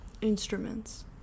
Instruments